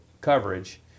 coverage